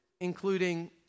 including